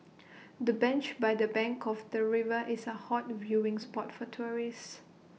the bench by the bank of the river is A hot viewing spot for tourists